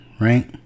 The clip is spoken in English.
right